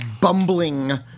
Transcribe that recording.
bumbling